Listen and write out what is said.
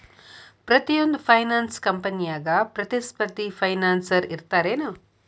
ಪ್ರತಿಯೊಂದ್ ಫೈನಾನ್ಸ ಕಂಪ್ನ್ಯಾಗ ಪ್ರತಿಸ್ಪರ್ಧಿ ಫೈನಾನ್ಸರ್ ಇರ್ತಾರೆನು?